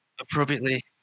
appropriately